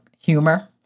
humor